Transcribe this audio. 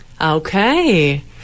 Okay